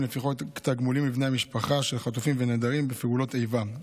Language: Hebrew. לפי חוק תגמולים לבני המשפחה של חטופים ונעדרים בפעולות איבה.